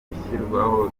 ishyirwaho